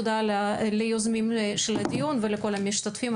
תודה רבה ליוזמים של הדיון ולכל המשתתפים.